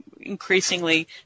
increasingly